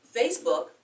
Facebook